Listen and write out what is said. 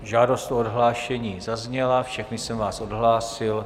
Žádost o odhlášení zazněla, všechny jsem vás odhlásil.